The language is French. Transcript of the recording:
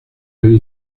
rue